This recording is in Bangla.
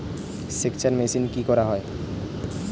সেকচার মেশিন কি করা হয়?